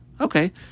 Okay